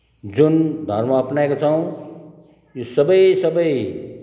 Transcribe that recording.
जुन धर्म अप्नाएका छौँ यो सबै सबै